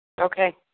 Okay